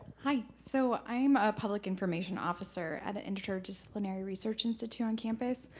hi. so i'm a public information officer at an interdisciplinary research institute on campus,